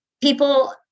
people